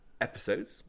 episodes